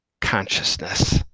consciousness